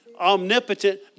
omnipotent